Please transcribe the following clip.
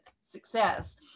success